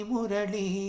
Murali